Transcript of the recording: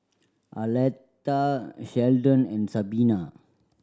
Arletta Sheldon and Sabina